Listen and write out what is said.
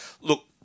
look